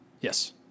Yes